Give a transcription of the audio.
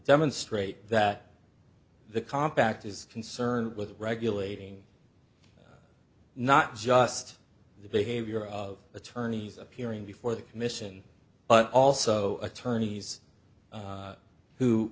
demonstrate that the compact is concerned with regulating not just the behavior of attorneys appearing before the commission but also attorneys